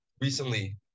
Recently